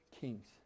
kings